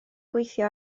gweithio